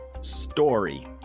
Story